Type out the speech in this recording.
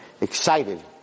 excited